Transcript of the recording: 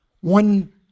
one